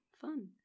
fun